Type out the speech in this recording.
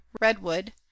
redwood